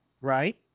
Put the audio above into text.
right